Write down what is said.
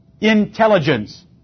Intelligence